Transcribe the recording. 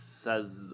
says